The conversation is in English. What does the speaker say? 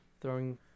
throwing